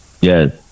yes